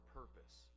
purpose